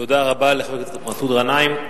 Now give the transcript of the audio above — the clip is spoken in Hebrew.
תודה רבה לחבר הכנסת מסעוד גנאים.